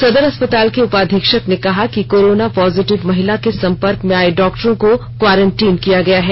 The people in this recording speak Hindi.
सदर अस्पताल के उपाधीक्षक ने कहा कि कोरोना पॉजिटिव महिला के संपर्क में आए डॉक्टरों को क्वारेंटीन किया गया है